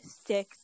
stick